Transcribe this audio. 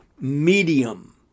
medium